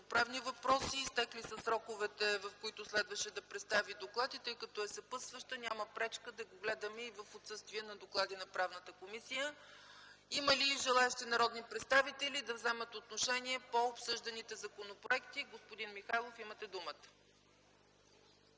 правни въпроси. Изтекли са сроковете, в които следваше да представи доклад. Тъй като е съпътстваща, няма пречка да ги гледаме и в отсъствие на доклади от Правната комисия. Има ли желаещи народни представители да вземат отношение по обсъжданите законопроекти? Господин Михайлов, имате думата.